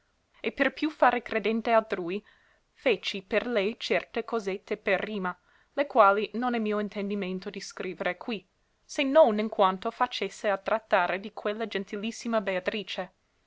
e per più fare credente altrui feci per lei certe cosette per rima le quali non è mio intendimento di scrivere qui se non in quanto facesse a trattare di quella gentilissima beatrice